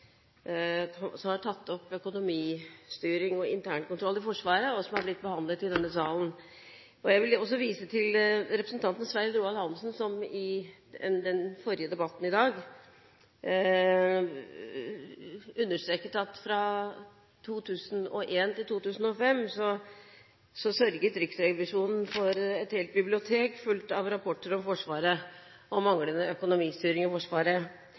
igjennom årene har tatt opp økonomistyring og internkontroll i Forsvaret, og som har blitt behandlet i denne salen. Jeg vil også vise til representanten Svein Roald Hansen, som i en tidligere debatt i dag understreket at fra 2001 til 2005 sørget Riksrevisjonen for et helt bibliotek fullt av rapporter om Forsvaret og manglende økonomistyring i Forsvaret.